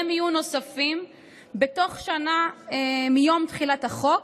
מיון נוספים בתוך שנה מיום תחילת החוק.